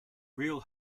real